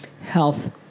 Health